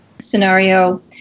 scenario